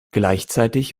gleichzeitig